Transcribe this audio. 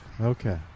Okay